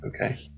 okay